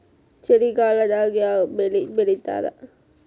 ಚಳಿಗಾಲದಾಗ್ ಯಾವ್ ಬೆಳಿ ಬೆಳಿತಾರ?